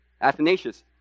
Athanasius